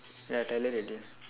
ya I tell her already